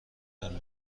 دلم